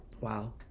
Wow